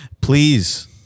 Please